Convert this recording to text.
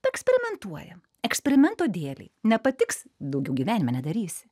eksperimentuojam eksperimento dėlei nepatiks daugiau gyvenime nedarysi